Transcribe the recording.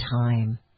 time